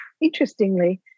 Interestingly